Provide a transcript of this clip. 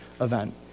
event